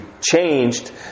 changed